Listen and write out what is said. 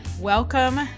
Welcome